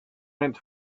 went